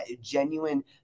genuine